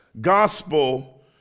gospel